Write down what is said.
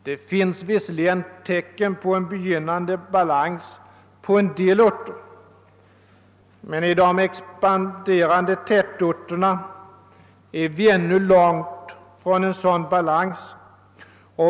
Det finns visserligen tecken på en begynnande balans på en del orter, men i de expanderande tätorterna är vi ännu långt från en sådan balans.